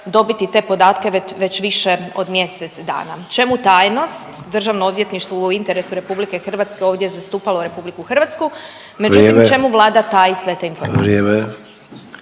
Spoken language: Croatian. dobiti te podatke već više od mjesec dana. Čemu tajnost? Državno odvjetništvo u interesu RH ovdje je zastupalo RH, međutim čemu …/Upadica: Vrijeme./… Vlada taji sve te informacije?